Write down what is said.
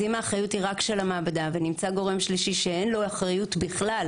אם האחריות היא רק של המעבדה ונמצא גורם שלישי שאין לו אחריות בכלל